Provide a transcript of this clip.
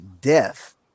death